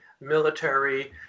military